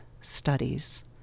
Studies